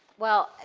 well,